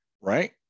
right